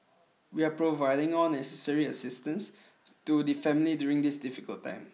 we are providing all necessary assistance to the family during this difficult time